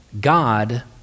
God